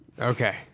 Okay